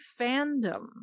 fandom